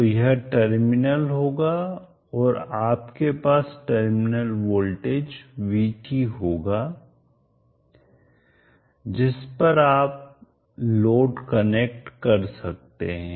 तो यह टर्मिनल होगा और आपके पास टर्मिनल वोल्टेज VT होगा जिस पर आप लोड कनेक्ट कर सकते हैं